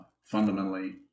fundamentally